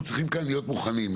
אנחנו צריכים להיות מוכנים,